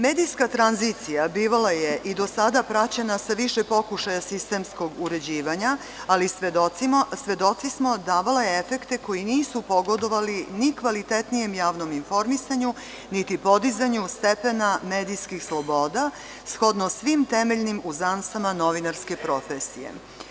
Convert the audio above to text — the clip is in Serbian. Medijska tranzicija bivala je i do sada praćena sa više pokušaja sistemskog uređivanja, ali svedoci smo, davala je efekte koji nisu pogodovali ni kvalitetnijem javnom informisanju niti podizanju stepena medijskih sloboda, shodno svim temeljnim uzansama novinarske profesije.